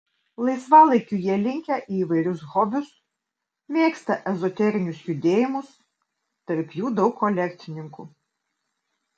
laisvalaikiu jie linkę į įvairius hobius mėgsta ezoterinius judėjimus tarp jų daug kolekcininkų